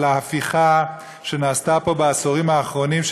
ההפיכה שנעשתה פה בעשורים האחרונים,